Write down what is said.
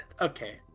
Okay